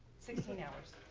sixteen hours.